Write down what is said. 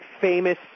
famous